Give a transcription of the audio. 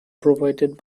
provided